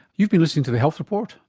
you've been listening to the health report,